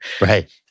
right